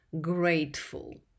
grateful